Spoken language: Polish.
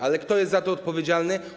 Ale kto jest za to odpowiedzialny?